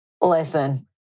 Listen